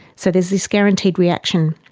so there is this guaranteed reaction,